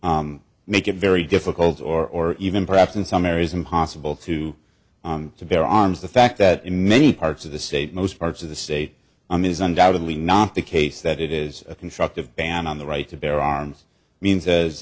five make it very difficult or even perhaps in some areas impossible to to bear arms the fact that in many parts of the state most parts of the say i'm is undoubtedly not the case that it is a constructive ban on the right to bear arms means as